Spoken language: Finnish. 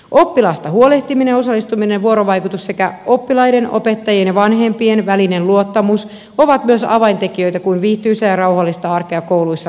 oppilaasta huolehtiminen ja osallistuminen vuorovaikutus sekä oppilaiden opettajien ja vanhempien välinen luottamus ovat myös avaintekijöitä kun viihtyisää ja rauhallista arkea kouluissa rakennetaan